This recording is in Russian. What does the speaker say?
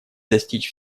достичь